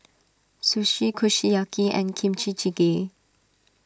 Sushi Kushiyaki and Kimchi Jjigae